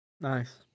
Nice